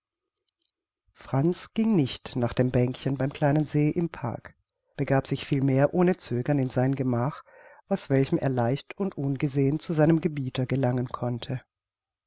franz ging nicht nach dem bänkchen beim kleinen see im park begab sich vielmehr ohne zögern in sein gemach aus welchem er leicht und ungesehen zu seinem gebieter gelangen konnte